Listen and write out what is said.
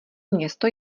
město